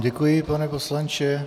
Děkuji vám, pane poslanče.